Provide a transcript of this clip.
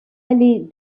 aller